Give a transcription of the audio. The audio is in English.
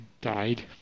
died